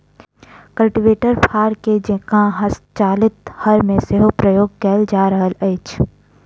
cultivator फार के जेंका हस्तचालित हर मे सेहो प्रयोग कयल जा रहल अछि